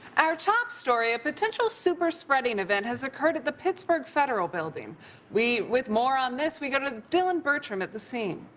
our top story, a potential super spreading event has occurred at the pittsburgh federal building with more on this we go to dylan bertram at the scene